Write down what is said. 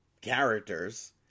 characters